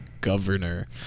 governor